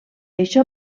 això